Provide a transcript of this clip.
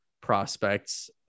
prospects